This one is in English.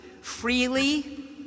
freely